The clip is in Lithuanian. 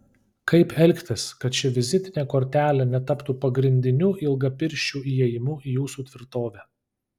kaip elgtis kad ši vizitinė kortelė netaptų pagrindiniu ilgapirščių įėjimu į jūsų tvirtovę